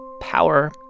power